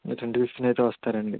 మీరు ట్వంటీ ఫిఫ్త్ని అయితే వస్తారండి